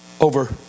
Over